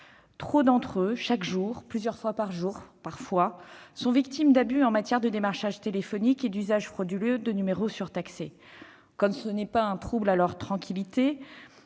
Trop d'entre eux, chaque jour, parfois plusieurs fois par jour, sont victimes d'abus en matière de démarchage téléphonique et d'usage frauduleux de numéros surtaxés. Au-delà du seul trouble à la tranquillité,